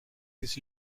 his